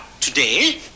today